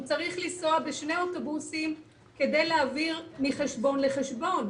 הוא צריך לנסוע בשני אוטובוסים כדי להעביר מחשבון לחשבון,